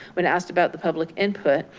when asked about the public input,